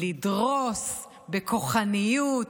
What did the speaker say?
לדרוס בכוחניות,